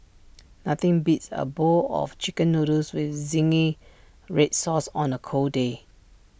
nothing beats A bowl of Chicken Noodles with Zingy Red Sauce on A cold day